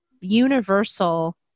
universal